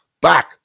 Back